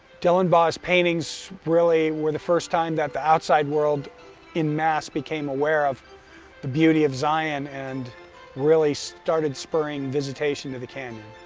dellenbaugh's paintings really were the first time that the outside world in mass became aware of the beauty of zion and really started spurring visitation to the canyon.